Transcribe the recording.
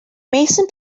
mason